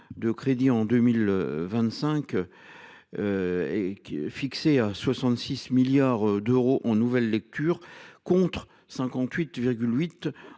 de crédits pour 2025 est fixé à 66 milliards d’euros en nouvelle lecture, contre 58,8